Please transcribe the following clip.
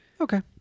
Okay